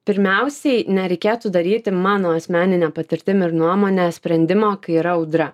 pirmiausiai nereikėtų daryti mano asmenine patirtim ir nuomone sprendimo kai yra audra